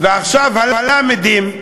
ועכשיו הלמ"דים,